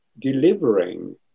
delivering